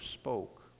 spoke